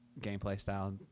gameplay-style